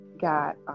got